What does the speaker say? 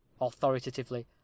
authoritatively